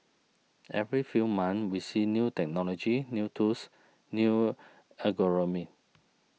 every few months we see new technology new tools new algorithms